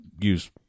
use